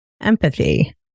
empathy